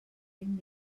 vint